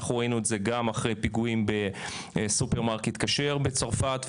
ראינו את זה גם אחרי פיגוע בסופרמרקט כשר בצרפת,